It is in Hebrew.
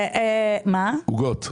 עוגות.